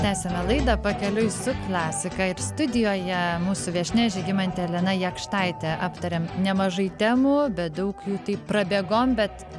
tęsiame laidą pakeliui su klasika ir studijoje mūsų viešnia žygimantė elena jakštaitė aptarėm nemažai temų bet daug jų taip prabėgom bet